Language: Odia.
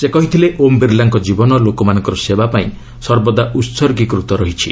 ସେ କହିଥିଲେ ଓମ୍ ବିର୍ଲାଙ୍କ ଜୀବନ ଲୋକମାନଙ୍କ ସେବା ପାଇଁ ସର୍ବଦା ଉତ୍ଗୀକୃତ ରହିଛି